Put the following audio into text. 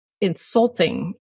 insulting